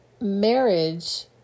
marriage